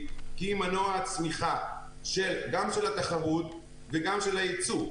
כי היא מנוע הצמיחה גם של התחרות וגם של הייצוא.